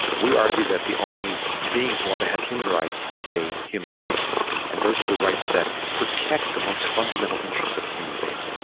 we argue that the only being who ought to have human rights is a human being and those are the rights that protect the most fundamental interests of a human being.